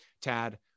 Tad